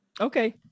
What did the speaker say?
Okay